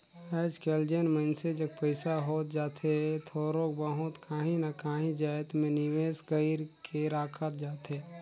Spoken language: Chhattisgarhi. आएज काएल जेन मइनसे जग पइसा होत जाथे थोरोक बहुत काहीं ना काहीं जाएत में निवेस कइर के राखत जाथे